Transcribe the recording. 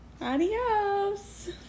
Adios